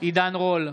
עידן רול,